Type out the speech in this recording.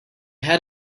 had